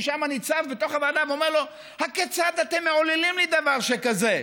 ששמה ניצב בתוך הוועדה: הכיצד אתם מעוללים לי דבר שכזה,